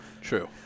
True